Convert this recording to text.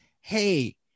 hey